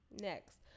next